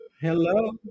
Hello